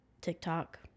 TikTok